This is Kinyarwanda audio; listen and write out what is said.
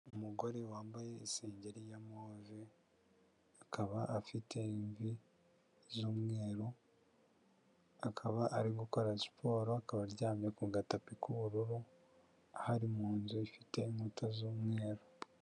Umugore wambaye isengeri ya move, akaba afite imvi z'umweru, akaba ari gukora siporo, akaba aryamye ku gatapi k'ubururu, aho ari mu nzu ifite inkuta z'umweru.